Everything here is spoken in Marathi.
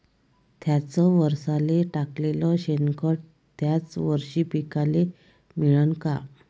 थ्याच वरसाले टाकलेलं शेनखत थ्याच वरशी पिकाले मिळन का?